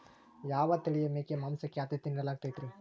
ಯಾವ ತಳಿಯ ಮೇಕೆ ಮಾಂಸಕ್ಕ, ಆದ್ಯತೆ ನೇಡಲಾಗತೈತ್ರಿ?